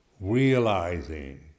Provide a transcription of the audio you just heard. realizing